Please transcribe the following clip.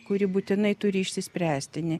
kuri būtinai turi išsispręsti ne